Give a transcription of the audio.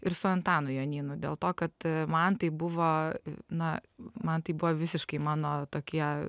ir su antanu jonynu dėl to kad man tai buvo na man tai buvo visiškai mano tokie